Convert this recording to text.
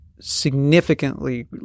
significantly